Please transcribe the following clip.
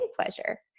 pleasure